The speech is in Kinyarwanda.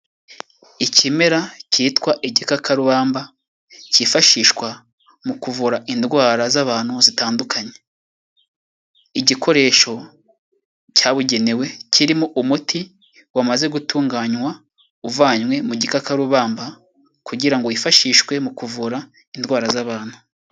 Ikimera cyitwa igikakarubamba cyifashishwa mu kuvura indwara z'abantu zitandukanye, igikoresho cyabugenewe kirimo umuti wamaze gutunganywa uvanywe mu gikakarubamba, kugira ngo wifashishwe mu kuvura indwara z'abantu.